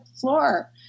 floor